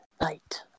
night